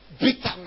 bitterness